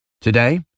today